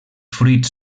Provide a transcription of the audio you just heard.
fruits